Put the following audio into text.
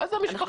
המשפחה.